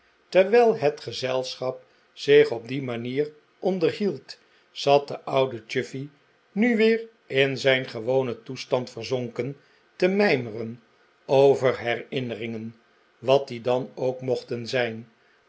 terwijl het gezelschap zich op die manier onderhield zat de oude chuffey nu weer in zijn gewonen toestand verzonken te mijmeren over herinneringen wat die dan ook mochten zijn